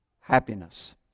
happiness